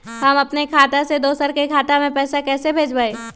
हम अपने खाता से दोसर के खाता में पैसा कइसे भेजबै?